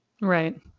Right